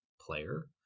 player